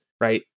right